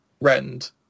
Rend